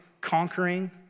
conquering